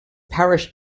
parish